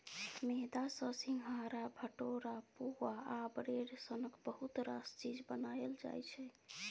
मेदा सँ सिंग्हारा, भटुरा, पुआ आ ब्रेड सनक बहुत रास चीज बनाएल जाइ छै